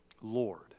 Lord